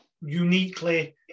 uniquely